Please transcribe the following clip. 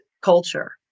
culture